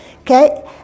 okay